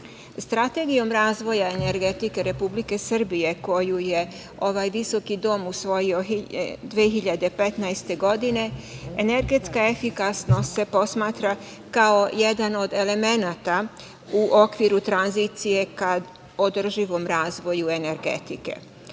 razvoja energetike Republike Srbije, koju je ovaj visoki dom usvojio 2015. godine, energetska efikasnost se posmatra kao jedan od elemenata, u okviru tranzicije, ka održivom razvoju energetike. Kao